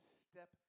step